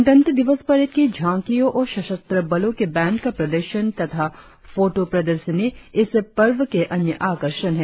गणतंत्र दिवस परेड की झांकियों और सशस्त्र बलों के बैंड का प्रदर्शन तथा फोटो प्रदर्शनी इस पर्व के अन्य आकर्षण हैं